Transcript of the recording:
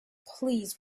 please